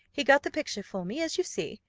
he got the picture for me, as you see.